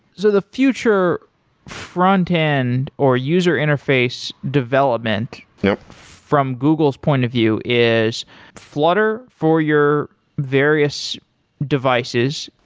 so the future frontend or user interface development you know from google's point of view is flutter for your various devices,